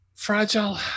Fragile